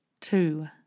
two